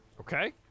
Okay